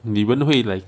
你们会 like